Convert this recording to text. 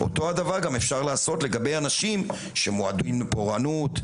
אז אותו דבר אפשר לעשות לגבי אנשים שמועדים לפורענות.